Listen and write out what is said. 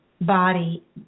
body